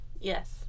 Yes